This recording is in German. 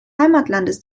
heimatlandes